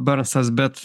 bernsas bet